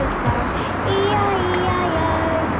ah farm e i e i o